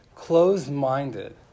closed-minded